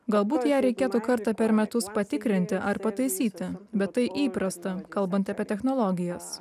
galbūt ją reikėtų kartą per metus patikrinti ar pataisyti bet tai įprasta kalbant apie technologijas